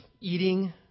eating